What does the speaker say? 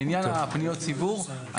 לעניין פניות ציבור,